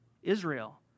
Israel